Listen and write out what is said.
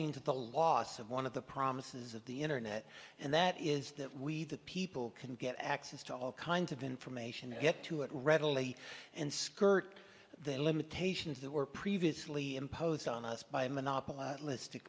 means that the loss of one of the promises of the internet and that is that we the people can get access to all kinds of information and get to it readily and skirt the limitations that were previously imposed on us by a monopol